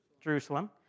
Jerusalem